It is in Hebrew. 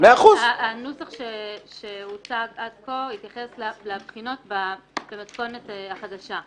שהנוסח שהוצג עד כה התייחס לבחינות במתכונת החדשה.